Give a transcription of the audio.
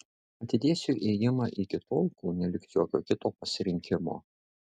atidėsiu ėjimą iki tol kol neliks jokio kito pasirinkimo